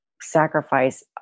sacrifice